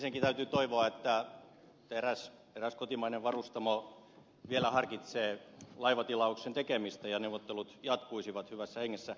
ensinnäkin täytyy toivoa että eräs kotimainen varustamo vielä harkitsee laivatilauksen tekemistä ja neuvottelut jatkuisivat hyvässä hengessä